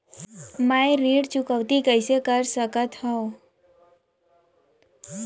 मैं ऋण चुकौती कइसे कर सकथव?